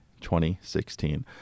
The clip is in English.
2016